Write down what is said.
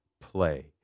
play